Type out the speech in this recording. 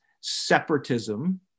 separatism